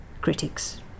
critics